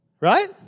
Right